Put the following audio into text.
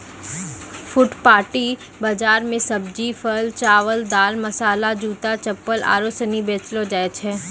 फुटपाटी बाजार मे सब्जी, फल, चावल, दाल, मसाला, जूता, चप्पल आरु सनी बेचलो जाय छै